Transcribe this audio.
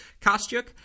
Kostyuk